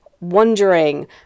wondering